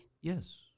Yes